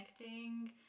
connecting